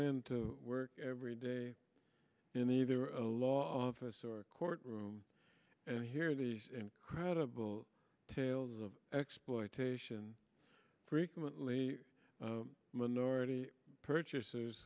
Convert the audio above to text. into work every day in either a lot of us or a court room and hear these incredible tales of exploitation frequently minority purchase